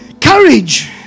courage